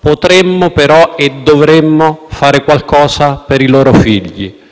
potremmo però e dovremmo fare qualcosa per i loro figli.